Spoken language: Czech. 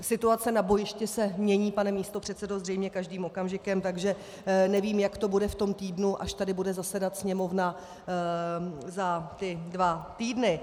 Situace na bojišti se mění, pane místopředsedo, zřejmě každým okamžikem, takže nevím, jak to bude v tom týdnu, až tady bude zasedat Sněmovna za dva týdny.